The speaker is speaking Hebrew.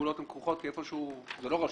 זה לא רשום.